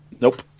Nope